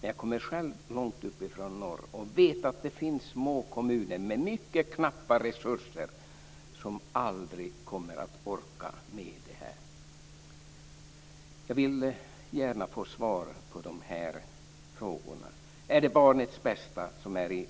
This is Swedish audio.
Men jag kommer själv långt uppifrån norr och vet att det finns små kommuner med mycket knappa resurser som aldrig kommer att orka med det här. Jag vill gärna få svar på de här frågorna: Är det barnets bästa som står